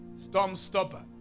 Stormstopper